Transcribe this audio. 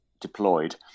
deployed